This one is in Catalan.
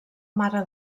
mare